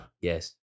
Yes